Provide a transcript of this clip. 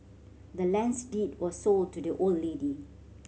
the land's deed was sold to the old lady